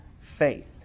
faith